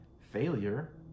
failure